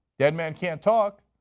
dead men can't talk,